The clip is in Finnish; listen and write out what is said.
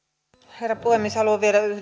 herra puhemies haluan vielä